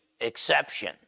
exception